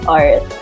art